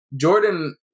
Jordan